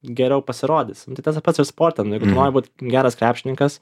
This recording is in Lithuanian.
geriau pasirodysi nu tai tas pats ir sporte jeigu tu nori būt geras krepšininkas